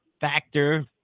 factor